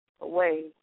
Away